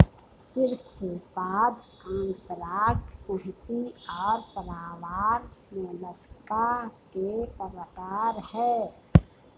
शीर्शपाद अंतरांग संहति और प्रावार मोलस्का के प्रकार है